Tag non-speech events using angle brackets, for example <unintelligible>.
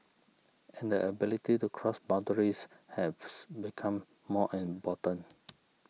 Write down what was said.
and the ability to cross boundaries <unintelligible> become more important